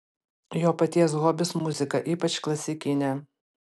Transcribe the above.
jo paties hobis muzika ypač klasikinė